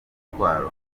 umutwaro